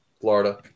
Florida